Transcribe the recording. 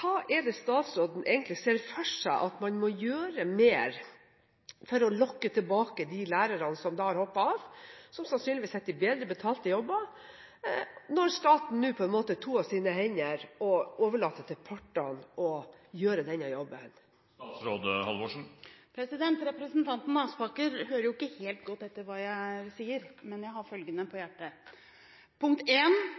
statsråden egentlig for seg at man må gjøre mer av, for å lokke tilbake de lærerne som har hoppet av, og som sannsynligvis sitter i bedre betalte jobber, når staten nå toer sine hender og overlater til partene å gjøre denne jobben? Representanten Aspaker hører ikke helt godt etter hva jeg sier, men jeg har følgende på